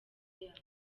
yacyo